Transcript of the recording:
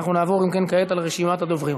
אם כן, נעבור לרשימת הדוברים.